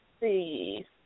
see